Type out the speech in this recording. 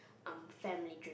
are family